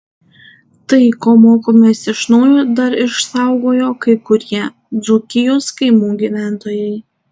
tai ko mokomės iš naujo dar išsaugojo kai kurie dzūkijos kaimų gyventojai